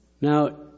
Now